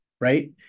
right